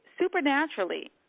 supernaturally